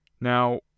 Now